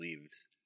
leaves